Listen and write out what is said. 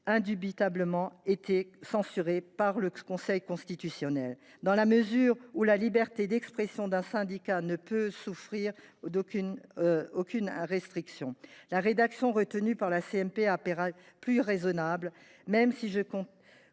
indubitablement été censurée par le Conseil constitutionnel, dans la mesure où la liberté d’expression d’un syndicat ne peut souffrir aucune restriction. La rédaction retenue apparaît plus raisonnable, même si je